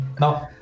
no